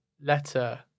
letter